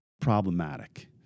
problematic